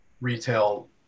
retail